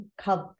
called